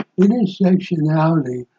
Intersectionality